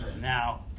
Now